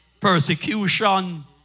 persecution